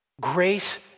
Grace